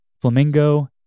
Flamingo